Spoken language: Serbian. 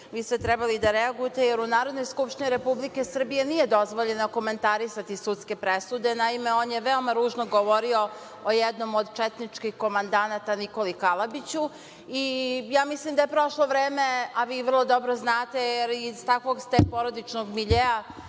Trebalo je da reagujete jer u Narodnoj skupštini Republike Srbije nije dozvoljeno komentarisati sudske presude. Naime, on je veoma ružno govorio o jednom od četničkih komandanata Nikoli Kalabiću. Mislim da je prošlo vreme, a vi vrlo dobro znate, jer iz takvog ste porodičnog miljea